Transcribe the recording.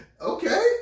Okay